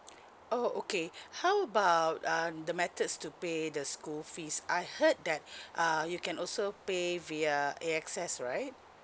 oh okay how about uh the methods to pay the school fees I heard that uh you can also pay via A_X_S right